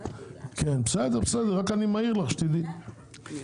בבקשה, סגן השר.